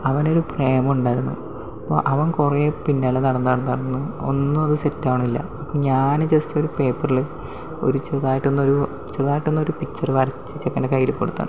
അവനൊരു പ്രേമം ഉണ്ടായിരുന്നു അപ്പോൾ അവൻ കുറേ പിന്നാലെ നടന്ന് നടന്ന് നടന്ന് ഒന്നും അത് സെറ്റാകണില്ല ഞാൻ ജസ്റ്റ് ഒരു പേപ്പറില് ഒരു ചെറുതായിട്ട് ഒന്ന് ഒരു ചെറുതായിട്ട് ഒന്ന് ഒരു പിക്ചർ വരച്ച് ചെക്കൻ്റെ കൈയിൽ കൊടുത്ത്